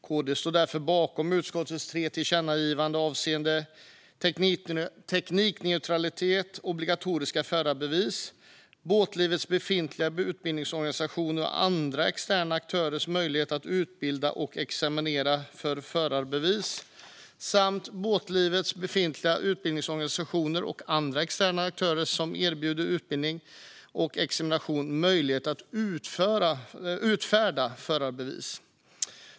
KD står därför bakom utskottets tre förslag till tillkännagivanden avseende ett teknikneutralt obligatoriskt förarbevis, att ge båtlivets befintliga utbildningsorganisation och andra externa aktörer möjlighet att utbilda och examinera för förarbevis samt att ge båtlivets befintliga utbildningsorganisation och andra externa aktörer som erbjuder utbildning och examination möjlighet att utfärda förarbevis.